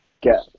get